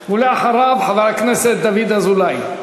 ואחריו, חבר הכנסת דוד אזולאי.